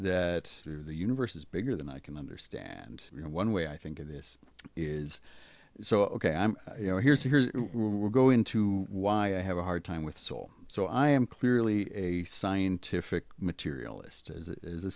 that the universe is bigger than i can understand you know one way i think of this is so ok i'm you know here's here we go into why i have a hard time with soul so i am clearly a scientific materialist as it is a